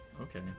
okay